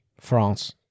france